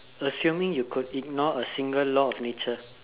assuming you could ignore a single law of nature